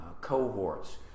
cohorts